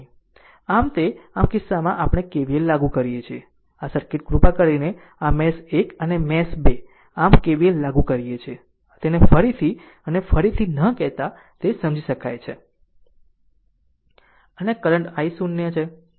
આમ આ કિસ્સામાં આપણે KVL લાગુ કરીએ છીએ આ સર્કિટ કૃપા કરીને આ મેશ 1 અને મેશ 2 અમે KVL લાગુ કરીએ છીએ તેને ફરીથી અને ફરીથી ન કહેતા તે સમજી શકાય છે અને આ કરંટ i0 છે